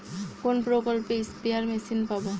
কোন প্রকল্পে spare machine পাব?